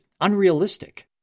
unrealistic